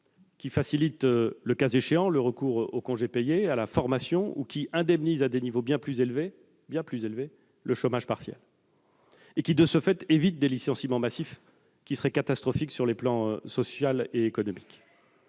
à faciliter, le cas échéant, le recours aux congés payés, à la formation, et à indemniser, à des niveaux bien plus élevés qu'aujourd'hui, le chômage partiel, de manière à éviter des licenciements massifs, qui seraient catastrophiques sur les plans social et économique.